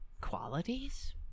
qualities